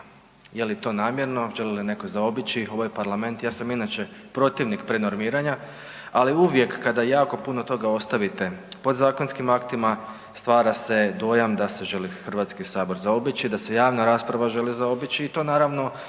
Je li to namjerno, želi li netko zaobići ovaj Parlament? Ja sam inače protivnik prenormiranja, ali uvijek kada jako puno toga ostavite podzakonskim aktima stvara se dojam da se želi HS zaobići, da se javna rasprava želi zaobići i to naravno